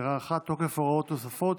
10) (הארכת תוקף והוראות נוספות),